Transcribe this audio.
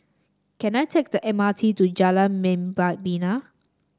can I take the M R T to Jalan Membina